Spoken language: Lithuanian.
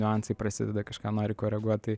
niuansai prasideda kažką nori koreguot tai